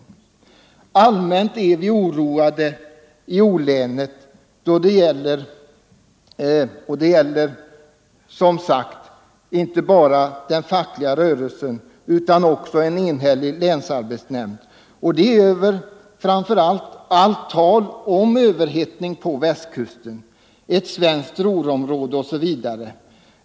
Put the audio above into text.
Vi är allmänt oroade i O-länet, det gäller som sagt inte bara den fackliga rörelsen utan också en enhällig länsarbetsnämnd, över framför allt talet om en överhettning på Västkusten, om att det är ett svenskt Ruhrområde osv.